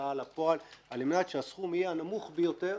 ההוצאה לפועל על מנת שהסכום יהיה הנמוך ביותר